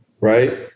right